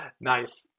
Nice